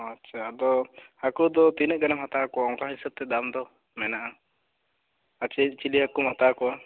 ᱟᱪᱪᱷᱟ ᱟᱫᱚ ᱦᱟᱹᱠᱩ ᱫᱚ ᱛᱤᱱᱟᱹᱜ ᱜᱟᱱᱮᱢ ᱦᱟᱛᱟᱣ ᱠᱚᱣᱟ ᱚᱱᱠᱟ ᱦᱤᱥᱟᱹᱵ ᱛᱮ ᱫᱟᱢ ᱫᱚ ᱢᱮᱱᱟᱜᱼᱟ ᱪᱤᱞᱤ ᱦᱟᱹᱠᱩᱢ ᱦᱟᱛᱟᱣ ᱠᱚᱣᱟ